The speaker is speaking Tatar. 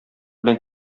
белән